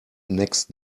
next